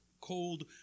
cold